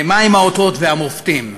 מה הם האותות והמופתים?